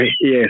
yes